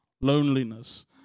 loneliness